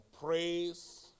praise